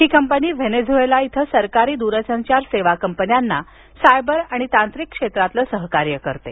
ही company Venezuela इथं सरकारी दूरसंचार सेवा कंपन्यांना सायबर आणि तांत्रिक क्षेत्रातील सहकार्य करित आहे